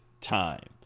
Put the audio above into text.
time